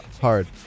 hard